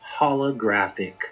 holographic